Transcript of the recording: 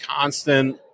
constant